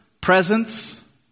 presence